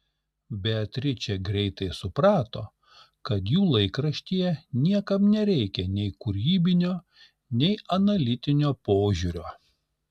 beatričė greitai suprato kad jų laikraštyje niekam nereikia nei kūrybinio nei analitinio požiūrio